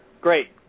great